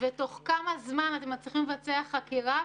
ותוך כמה זמן אתם מצליחים לבצע חקירה?